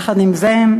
יחד עם זה,